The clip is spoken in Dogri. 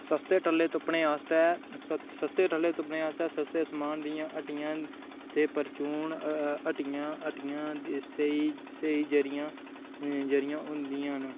सस्ते टल्ले तुप्पने आस्तै सस्ते समान दियां हट्टियां ते परचून हट्टियां स्हेई जरिया होंदियां न